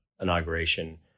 inauguration